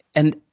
and,